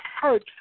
hurt